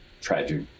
Tragic